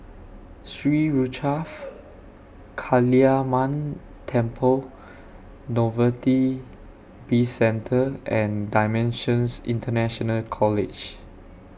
Sri Kaliamman Temple Novelty Bizcentre and DImensions International College